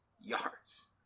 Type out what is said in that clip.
yards